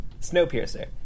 Snowpiercer